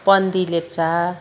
Pandi Lepcha